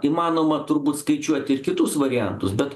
įmanoma turbūt skaičiuoti ir kitus variantus bet